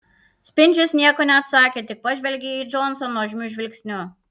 spindžius nieko neatsakė tik pažvelgė į džonsą nuožmiu žvilgsniu